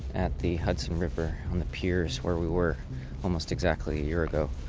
at the hudson river on the piers where we were almost exactly a year ago.